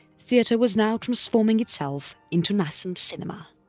theatre was now transforming itself into nascent cinema.